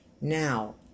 Now